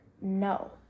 No